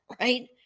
Right